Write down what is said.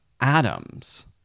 atoms